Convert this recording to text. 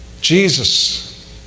Jesus